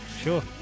sure